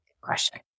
question